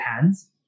hands